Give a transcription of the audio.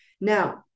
Now